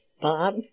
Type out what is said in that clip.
Bob